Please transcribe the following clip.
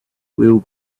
will